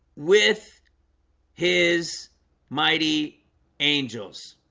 with his mighty angels